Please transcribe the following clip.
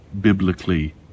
biblically